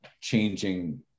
changing